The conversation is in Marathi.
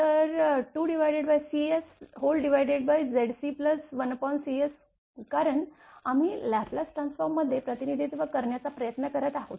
तर 2CSZc1CS कारण आम्ही लॅप्लेस ट्रान्सफॉर्ममध्ये प्रतिनिधित्व करण्याचा प्रयत्न करत आहोत